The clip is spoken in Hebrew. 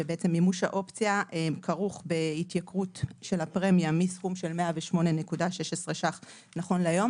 שמימוש האופציה כרוך בהתייקרות של הפרמיה מסכום של 108.16 ₪ נכון להיום,